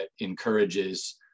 encourages